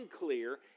unclear